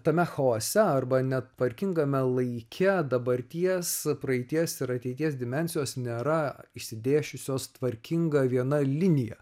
tame chaose arba netvarkingame laike dabarties praeities ir ateities dimensijos nėra išsidėsčiusios tvarkinga viena linija